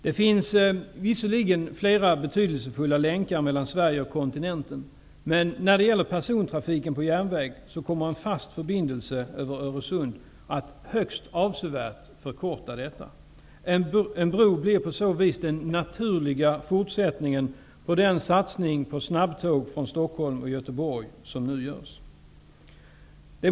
Det finns visserligen flera betydelsefulla länkar mellan Sverige och kontinenten, men när det gäller persontrafiken på järnväg kommer en fast förbindelse över Öresund att högst avsevärt förkorta restiden. En bro blir på så vis den naturliga fortsättningen på den satsning på snabbtåg från Stockholm och Göteborg som nu görs.